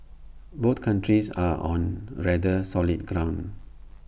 both countries are on rather solid ground